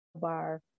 bar